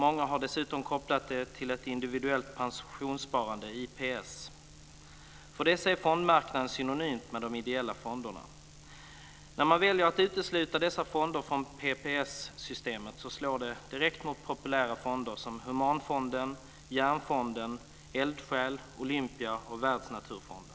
Många har dessutom kopplat sparandet till ett individuellt pensionssparande, IPS. För dessa är fondmarknaden synonym med de ideella fonderna. När man väljer att utesluta dessa fonder från PPM-systemet slår det direkt mot populära fonder som Humanfonden, Hjärnfonden, Eldsjäl, Olympia och Världsnaturfonden.